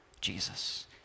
Jesus